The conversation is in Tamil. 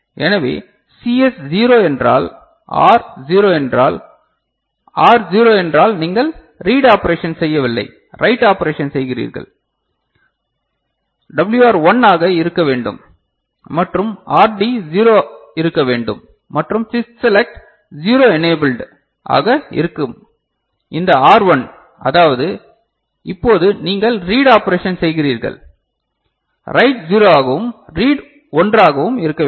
எனவே சிஎஸ் 0 என்றால் ஆர் 0 என்றால் ஆர் 0 என்றால் நீங்கள் ரீட் ஆப்பரேஷன் செய்யவில்லை ரைட் ஆப்பரேஷன் செய்கிறீர்கள் WR 1 ஆக இருக்க வேண்டும் மற்றும் RD 0 இருக்க வேண்டும் மற்றும் சிப் செலக்ட் 0 எனேபில்ட் ஆக இருக்கும் இந்த R 1 அதாவது இப்போது நீங்கள் ரீட் ஆப்பரேஷன் செய்கிறீர்கள் WR 0 ஆகவும் RD 1 ஆகவும் இருக்க வேண்டும்